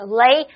lay